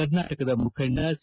ಕರ್ನಾಟಕದ ಮುಖಂಡ ಸಿ